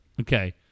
Okay